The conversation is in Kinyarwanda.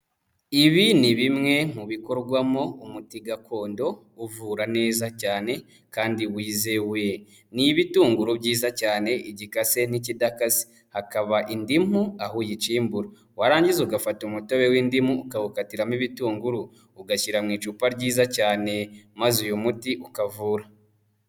Ibi ni bimwe mu bikorwamo umuti gakondo uvura neza cyane kandi wizewe, ni ibitunguru byiza cyane igikase n'ikidakaze, hakaba indimu aho uyicimbura, warangiza ugafata umutobe w'indimu, ukawukatiramo ibitunguru ugashyira mu icupa ryiza cyane, maze uyu muti ukavura.